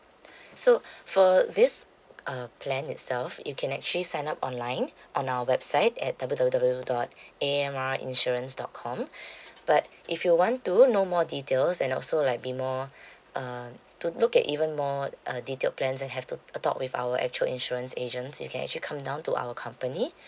so for this uh plan itself you can actually sign up online on our website at W_W_W dot A M R insurance dot com but if you want to know more details and also like be more uh to look at even more uh detailed plans that have to talk with our actual insurance agents you can actually come down to our company